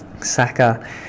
Saka